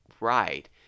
right